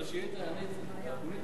על השאילתא עניתי.